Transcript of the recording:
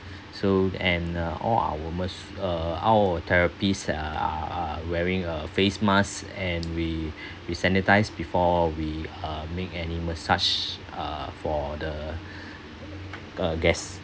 so and uh all our mas~ uh all our therapists uh are are wearing a face mask and we we sanitised before we uh make any massage uh for the uh guests